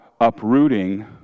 uprooting